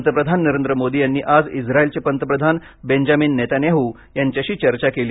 पंतप्रधान नरेंद्र मोदी यांनी आज इस्त्रायलचे पंतप्रधान बेंजामिन नेतान्याहू यांच्याशी चर्चा केली